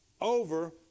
over